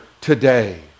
today